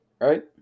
right